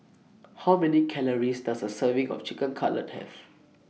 How Many Calories Does A Serving of Chicken Cutlet Have